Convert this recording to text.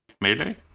melee